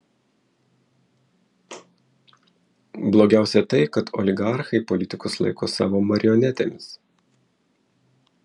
blogiausia tai kad oligarchai politikus laiko savo marionetėmis